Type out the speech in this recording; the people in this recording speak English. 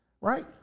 right